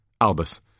Albus